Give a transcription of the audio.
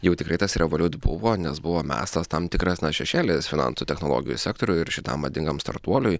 jau tikrai tas revoliut buvo nes buvo mestas tam tikras na šešėlis finansų technologijų sektoriui ir šitam madingam startuoliui